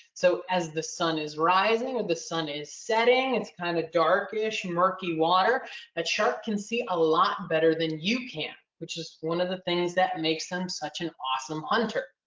so as the sun is rising or the sun is setting, it's kind of darkish murky water that shark can see a lot better than you can, which is one of the things that makes them such an awesome hunter.